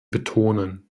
betonen